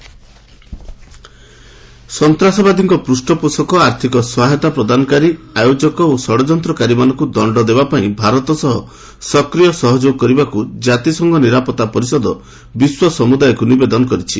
UNSC Pulwama ସନ୍ତାସବାଦୀଙ୍କ ପୃଷ୍ଣ ପୋଷକ ଆର୍ଥକ ସହାୟତା ପ୍ରଦାନ କାରି ଆୟୋଜକ ଓ ଷଡଯନ୍ତ୍ରକାରୀମାନଙ୍କୁ ଦଶ୍ଡ ଦେବା ପାଇଁ ଭାରତ ସହ ସକ୍ରିୟ ସହଯୋଗ କରିବାକୁ ଜାତିସଂଘ ନିରାପତ୍ତା ପରିଷଦ ବିଶ୍ୱ ସମୁଦାୟକୁ ନିବେଦନ କରିଛି